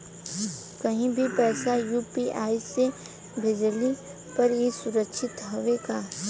कहि भी पैसा यू.पी.आई से भेजली पर ए सुरक्षित हवे का?